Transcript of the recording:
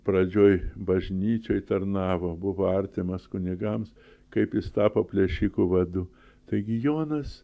pradžioj bažnyčioj tarnavo buvo artimas kunigams kaip jis tapo plėšikų vadu taigi jonas